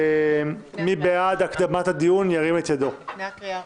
מי בעד הקדמת הדיון לפני הקריאה הראשונה?